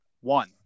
One